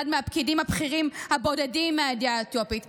אחד מהפקידים הבכירים הבודדים מהעדה האתיופית,